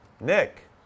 Nick